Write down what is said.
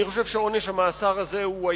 אני חושב שעונש המאסר הזה היה